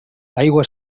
aigua